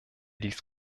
dies